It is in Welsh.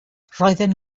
roedden